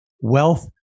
Wealth